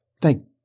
Thank